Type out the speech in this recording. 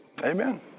Amen